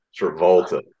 Travolta